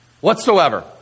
whatsoever